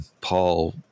Paul